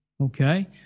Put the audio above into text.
okay